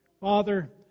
Father